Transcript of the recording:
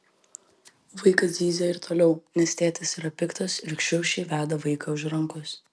vaikas zyzia ir toliau nes tėtis yra piktas ir šiurkščiai veda vaiką už rankos